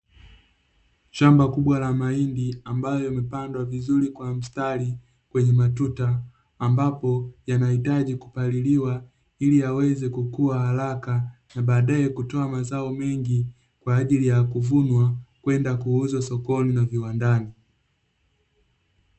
Shamba kubwa la mahindi ambayo yamepandwa vizuri kwa mstari kwenye matuta, ambapo yanahitaji kupaliliwa ili yaweze kukua haraka na baadaye kutoa mazao mengi kwa ajili ya kuvunwa, kwenda kuuzwa sokoni na viwandani.